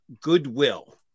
goodwill